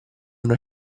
una